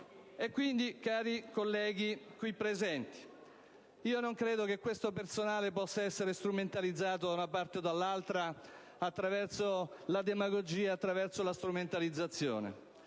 Quindi, cari colleghi presenti, non credo che questo personale possa essere strumentalizzato da una parte o dall'altra attraverso la demagogia. Quando siete stati